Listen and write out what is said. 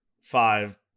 five